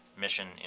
mission